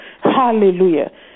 Hallelujah